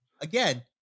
again